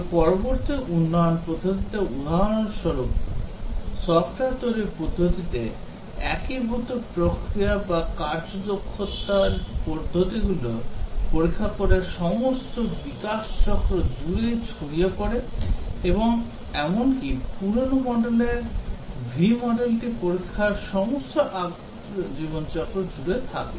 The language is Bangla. তবে পরবর্তী উন্নয়ন পদ্ধতিতে উদাহরণস্বরূপ সফ্টওয়্যার তৈরির পদ্ধতিতে একীভূত প্রক্রিয়া বা কার্যদক্ষ পদ্ধতিগুলি পরীক্ষা করে সমস্ত বিকাশ চক্র জুড়ে ছড়িয়ে পড়ে এবং এমনকি তৈরির পুরানো v মডেলটি পরীক্ষার সমস্ত জীবনচক্র জুড়ে ছড়িয়ে থাকে